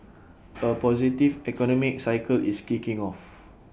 A positive economic cycle is kicking off